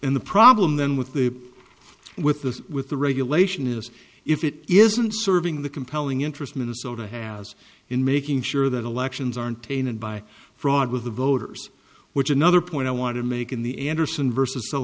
and the problem then with the with the with the regulation is if it isn't serving the compelling interest minnesota has in making sure that elections aren't tainted by fraud with the voters which another point i want to make in the andersen v